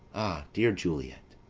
dear juliet,